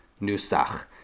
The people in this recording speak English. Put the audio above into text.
Nusach